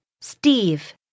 Steve